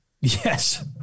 Yes